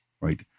right